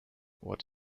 what